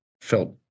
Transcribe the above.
felt